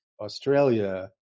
Australia